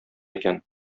икән